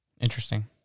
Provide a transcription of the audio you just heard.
Interesting